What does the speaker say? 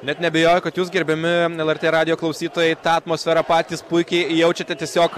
net neabejoju kad jūs gerbiami lrt radijo klausytojai tą atmosferą patys puikiai jaučiate tiesiog